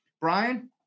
Brian